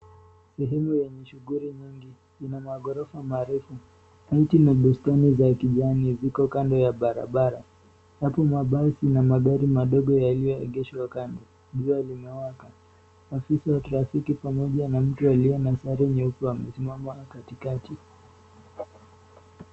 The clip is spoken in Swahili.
Sehemu yenye shughuli nyingi. Ina magorofa marefu. Miti na bustani za kijani ziko kando ya barabara. Hapo mabasi na magari madogo yaliyoegeshwa kando. Jua limewaka. Afisa wa trafiki pamoja na mtu aliye na sare nyeupe wamesimama katikati.